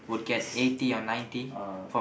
oh